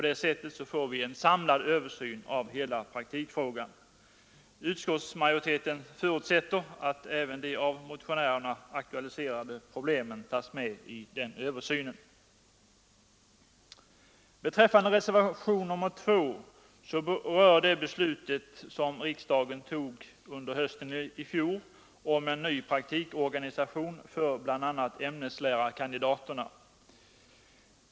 Därigenom får vi en samlad översyn av hela praktikfrågan. Utskottsmajoriteten förutsätter att även de av motionärerna aktualiserade problemen tas med vid den översynen. Reservationen 2 gäller det beslut som riksdagen tog i fjol höst rörande en ny praktikorganisation för bl.a. ämneslärarkandidaterna.